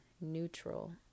neutral